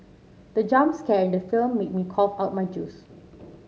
the jump scare in the film made me cough out my juice